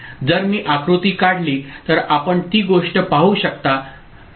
जर मी आकृती काढली तर आपण ती गोष्ट पाहू शकता